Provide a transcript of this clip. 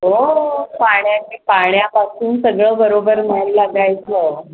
हो पाण्या पाण्यापासून सगळं बरोबर न्यायला लागायचं